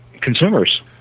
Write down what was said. consumers